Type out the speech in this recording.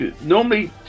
Normally